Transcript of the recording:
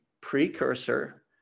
precursor